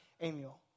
Amiel